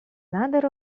nader